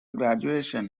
graduation